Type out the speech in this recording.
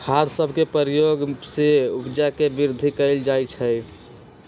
खाद सभके प्रयोग से उपजा में वृद्धि कएल जाइ छइ